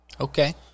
Okay